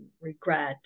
regret